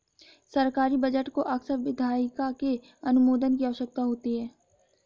सरकारी बजट को अक्सर विधायिका के अनुमोदन की आवश्यकता होती है